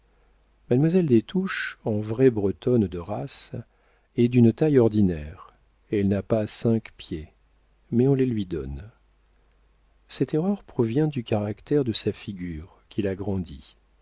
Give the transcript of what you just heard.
touches en vraie bretonne de race est d'une taille ordinaire elle n'a pas cinq pieds mais on les lui donne cette erreur provient du caractère de sa figure qui la